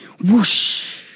Whoosh